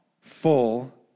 full